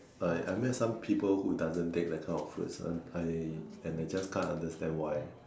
uh I met some people who doesn't take that kind of fruits one I and I just can't understand why